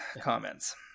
comments